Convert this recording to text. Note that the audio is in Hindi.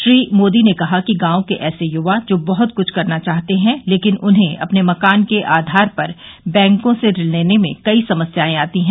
श्री मोदी ने कहा कि गांवों के ऐसे युवा जो बहुत कुछ करना चाहते हैं लेकिन उन्हें अपने मकान के आधार पर बैंकों से ऋण लेने में कई समस्याएं आती हैं